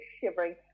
shivering